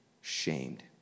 shamed